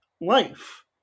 life